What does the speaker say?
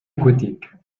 aquatique